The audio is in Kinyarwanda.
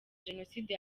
jenoside